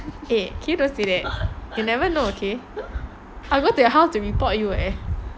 eh can you don't say that you never know okay I will go your house to report you leh